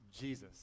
Jesus